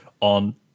on